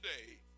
today